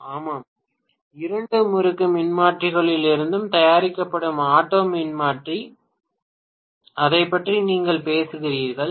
பேராசிரியர் ஆமாம் இரண்டு முறுக்கு மின்மாற்றிகளிலிருந்து தயாரிக்கப்படும் ஆட்டோ மின்மாற்றி அதைப் பற்றி நீங்கள் பேசுகிறீர்கள்